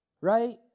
Right